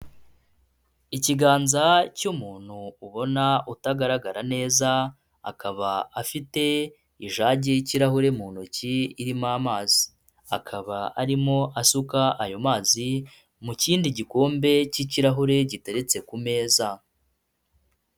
Ikiganza cy'umuntu ubona utagaragara neza, akaba afite ijagi y'ikirahure mu ntoki irimo amazi, akaba arimo asuka ayo mazi mu kindi gikombe cy'ikirahure giteretse ku meza.